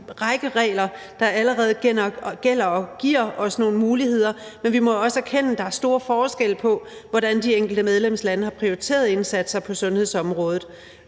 række regler, der allerede gælder og giver os nogle muligheder, men vi må også erkende, at der er store forskelle på, hvordan de enkelte medlemslande har prioriteret indsatser på sundhedsområdet.